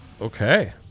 okay